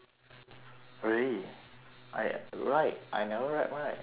really I right I never rap right I only sang